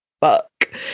fuck